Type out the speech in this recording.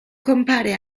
compare